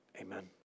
Amen